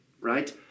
right